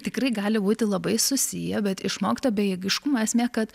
tikrai gali būti labai susiję bet išmokto bejėgiškumo esmė kad